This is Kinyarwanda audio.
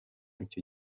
icyo